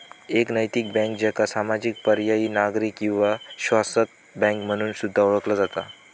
एक नैतिक बँक, ज्याका सामाजिक, पर्यायी, नागरी किंवा शाश्वत बँक म्हणून सुद्धा ओळखला जाता